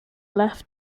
left